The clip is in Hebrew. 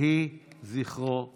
יהי זכרו ברוך.